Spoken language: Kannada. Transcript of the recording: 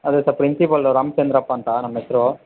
ಅದೆ ಸರ್ ಪ್ರಿನ್ಸಿಪಾಲ್ ರಾಮಚಂದ್ರಪ್ಪ ಅಂತ ನಮ್ಮ ಹೆಸರು